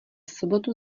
sobotu